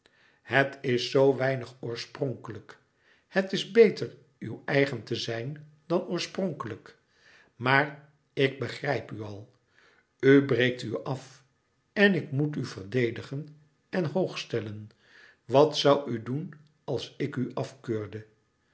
het is zoo weinig oorspronkelijk het is beter uw eigen te zijn dan oorspronkelijk maar ik begrijp u al u breekt u af en ik moet u verdedigen en hoogstellen wat zoû u doen als ik u afkeurde